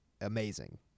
amazing